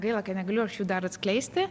gaila kad negaliu aš jų dar atskleisti